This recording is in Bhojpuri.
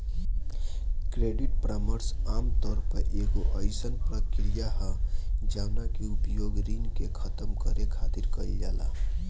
क्रेडिट परामर्श आमतौर पर एगो अयीसन प्रक्रिया ह जवना के उपयोग ऋण के खतम करे खातिर कईल जाला